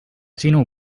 sinu